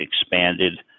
expanded